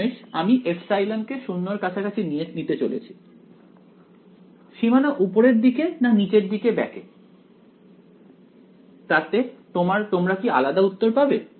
শেষমেষ আমি ε→ 0 নিতে চলেছি সীমানা উপরের দিকে না নিচের দিকে বেঁকে যায় তাতে তোমরা কি আলাদা উত্তর পাবে